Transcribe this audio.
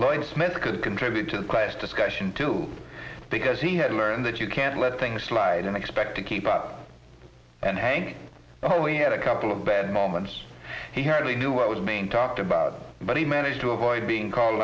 lloyd smith could contribute to the class discussion too because he had learned that you can't let things slide and expect to keep up and hanging oh he had a couple of bad moments he hardly knew what was being talked about but he managed to avoid being called